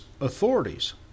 authorities